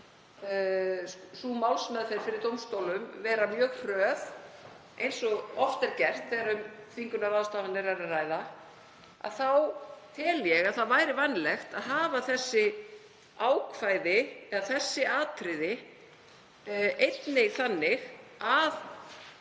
sú málsmeðferð fyrir dómstólum vera mjög hröð eins og oft er gert þegar um þvingunarráðstafanir er að ræða. Þá tel ég að það væri vænlegt að hafa þessi ákvæði eða þessi atriði einnig þannig að